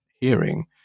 hearing